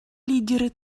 лидеры